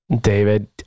David